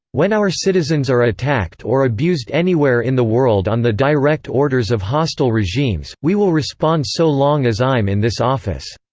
when our citizens are attacked or abused anywhere in the world on the direct orders of hostile regimes, we will respond so long as i'm in this office.